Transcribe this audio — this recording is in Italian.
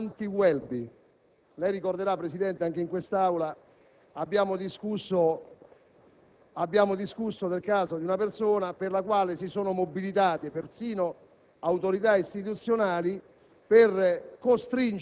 che è stata identificata come l'anti‑Welby. Lei ricorderà, signor Presidente, che anche in quest'Aula abbiamo discusso del caso di una persona per la quale si sono mobilitate persino